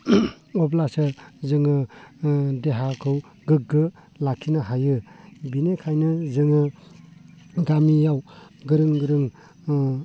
अब्लासो जोङो देहाखौ गोग्गो लाखिनो हायोष बेनिखायनो जोङो गामियाव गोरों गोरों